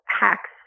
hacks